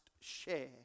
share